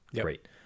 Great